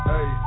Hey